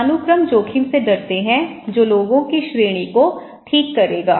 पदानुक्रम जोखिम से डरते हैं जो लोगों की श्रेणी को ठीक करेगा